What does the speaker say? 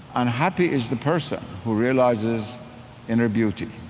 and happy is the person who realizes inner beauty